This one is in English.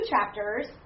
chapters